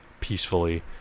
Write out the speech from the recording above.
peacefully